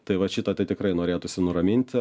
tai vat šito tai tikrai norėtųsi nuraminti